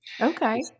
okay